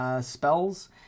spells